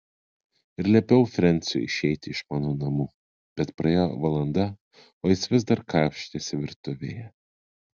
ir liepiau frensiui išeiti iš mano namų bet praėjo valanda o jis vis dar krapštėsi virtuvėje